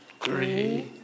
Three